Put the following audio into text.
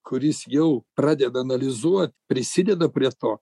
kuris jau pradeda analizuoti prisideda prie to